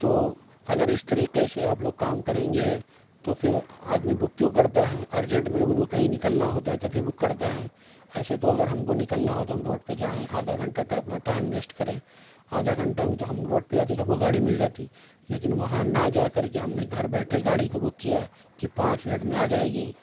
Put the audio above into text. تو اگر اس طریقے سے آپ لوگ کام کریں گے تو پھر آدمی بک کیوں کرتا ہے ارجینٹ میں جب ان کو کہیں نکلنا ہوتا ہے تبھی بک کرتا ہے ایسے تو اگر ہم کو نکلنا ہو تو ہم روڈ پہ جائیں آدھا گھنٹہ اپنا ٹائم ویسٹ کریں آدھا گھنٹے میں تو ہم روڈ پہ جاتے تو ہم کو گاڑی مل جاتی لیکن وہاں نہ جا کر کے ہم نے گھر بیٹھے گاڑی کو بک کیا کہ پانچ منٹ میں آ جائے گی